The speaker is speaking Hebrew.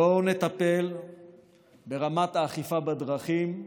בואו נטפל ברמת האכיפה בדרכים,